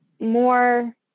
more